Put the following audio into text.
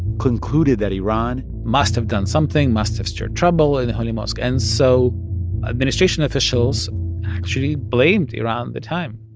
concluded that iran. must have done something, must have started trouble in the holy mosque. and so administration officials actually blamed iran at the time